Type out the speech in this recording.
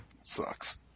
sucks